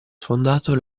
sfondato